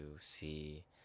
see